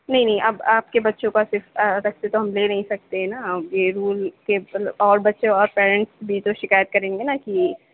نہیں نہیں اب آپ کے بچوں کا صرف ویسے تو ہم لے نہیں سکتے نا یہ رول کے اور بچے اور پیرنٹس بھی تو شکایت کریں گے نا اسلیے